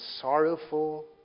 sorrowful